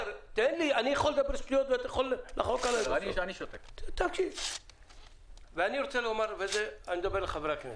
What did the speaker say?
אני רוצה לומר, ואני מדבר לחברי הכנסת,